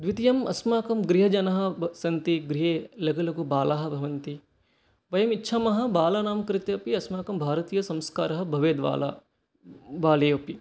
द्वितीयम् अस्माकं गृहजनाः सन्ति गृहे लघुलघुबालाः भवन्ति वयम् इच्छामः बालानां कृते अपि अस्माकं भारतीयसंस्काराः भवेत् बाल्ये अपि